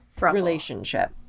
relationship